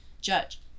Judge